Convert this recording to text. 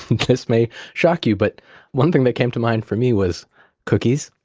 this may shock you, but one thing that came to mind for me was cookies.